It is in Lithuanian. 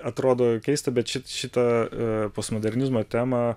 atrodo keista bet šit šitą postmodernizmo temą